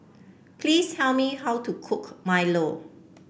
please tell me how to cook Milo